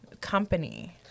company